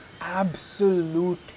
absolute